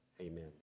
Amen